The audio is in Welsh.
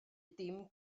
dim